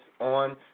on